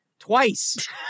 Twice